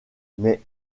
mais